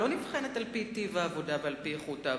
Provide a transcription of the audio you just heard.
היא לא נבחנת על-פי טיב העבודה ועל-פי איכות העבודה.